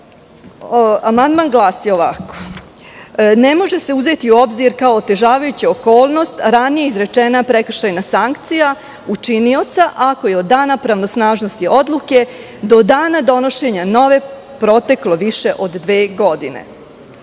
Amandman glasi ovako – ne može se uzeti u obzir kao otežavajuća okolnost ranije izrečena prekršajna sankcija učinioca ako je od dana pravnosnažnosti odluke do dana donošenja nove proteklo više od dve godine.